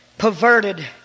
perverted